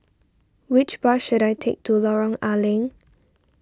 which bus should I take to Lorong A Leng